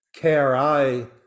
kri